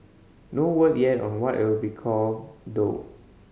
no word yet on what it'll be called though